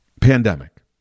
pandemic